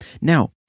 Now